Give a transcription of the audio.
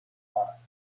france